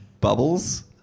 Bubbles